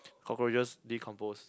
cockroaches decompose